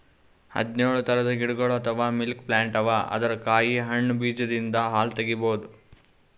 ಹದ್ದ್ನೊಳ್ ಥರದ್ ಗಿಡಗೊಳ್ ಅಥವಾ ಮಿಲ್ಕ್ ಪ್ಲಾಂಟ್ ಅವಾ ಅದರ್ ಕಾಯಿ ಹಣ್ಣ್ ಬೀಜದಿಂದ್ ಹಾಲ್ ತಗಿಬಹುದ್